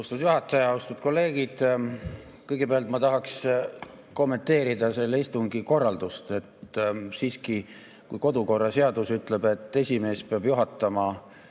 Austatud juhataja! Austatud kolleegid! Kõigepealt ma tahaks kommenteerida selle istungi korraldust. Kodukorraseadus ütleb, et esimees peab juhtima